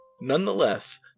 Nonetheless